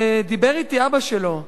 דיבר אתי אבא שלו,